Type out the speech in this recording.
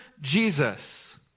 Jesus